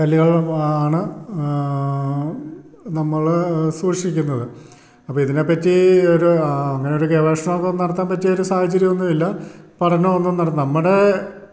കല്ല്കൾ ആണ് നമ്മൾ സൂക്ഷിക്കുന്നത് അപ്പം ഇതിനെപ്പറ്റി ഒരു അങ്ങനൊരു ഗവേഷണം ഒക്കെ ഒന്നും നടത്താൻ പറ്റിയൊരു സാഹചര്യം ഒന്നുമില്ല പഠനമോ ഒന്നും നട നമ്മുടെ